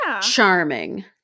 charming